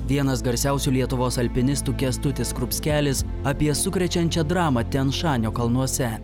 vienas garsiausių lietuvos alpinistų kęstutis skrupskelis apie sukrečiančią dramą tijan šanio kalnuose